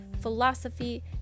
Philosophy